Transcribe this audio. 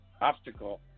obstacle